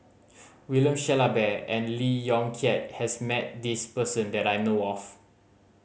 William Shellabear and Lee Yong Kiat has met this person that I know of